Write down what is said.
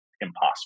impossible